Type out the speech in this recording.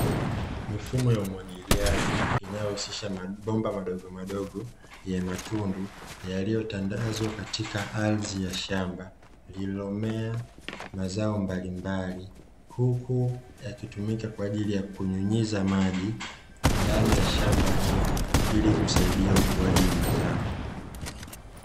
Mifumo ya umwagiliaji inayohusisha mabomba madogomadogo yenye matundu yaliyotandazwa katika ardhi ya shamba lililomea mazao mbalimbali, huku yakitumika kwa ajili ya kunyunyiza maji ndani ya shamba hilo ili kusaidia ukuaji wa mazao.